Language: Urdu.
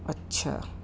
اچھا